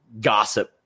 gossip